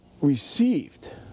received